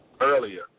earlier